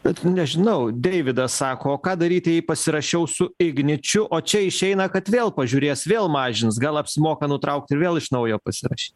bet nežinau deividas sako o ką daryti jei pasirašiau su igničiu o čia išeina kad vėl pažiūrės vėl mažins gal apsimoka nutraukt ir vėl iš naujo pasirašyt